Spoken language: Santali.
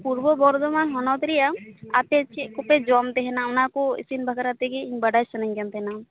ᱯᱩᱨᱵᱚ ᱵᱚᱨᱫᱷᱚᱢᱟᱱ ᱦᱚᱱᱚᱛ ᱨᱮᱭᱟᱜ ᱟᱯᱮ ᱪᱮᱜ ᱠᱚᱯᱮ ᱡᱚᱢ ᱛᱮᱦᱮᱱᱟ ᱚᱱᱟᱠᱚ ᱤᱥᱤᱱ ᱵᱟᱠᱷᱨᱟ ᱛᱮᱜᱮ ᱤᱧ ᱵᱟᱰᱟᱭ ᱥᱟ ᱱᱟ ᱧ ᱠᱟᱱ ᱛᱟᱦᱮᱱᱟ